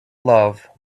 love